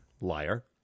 Liar